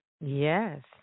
Yes